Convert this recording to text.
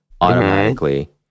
automatically